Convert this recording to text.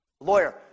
Lawyer